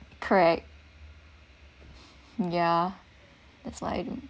correct ya that's like